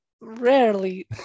rarely